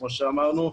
כמו שאמרנו.